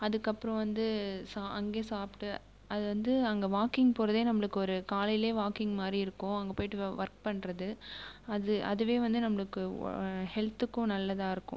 அதுக்கப்புறம் வந்து சா அங்கேயே சாப்பிட்டு அது வந்து அங்கே வாக்கிங் போகிறதே நம்மளுக்கு ஒரு காலையிலே வாக்கிங் மாதிரி இருக்கும் அங்கே போயிட்டு ஒர்க் பண்ணுறது அது அதுவே வந்து நம்மளுக்கு ஹெல்த்துக்கும் நல்லதாக இருக்கும்